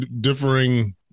differing